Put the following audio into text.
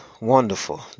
wonderful